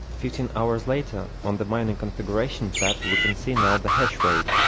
fifteen hours later, on the miner configuration tab we can see now the hasrate